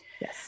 Yes